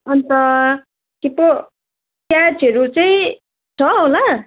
अन्त के पो प्याजहरू चाहिँ छ होला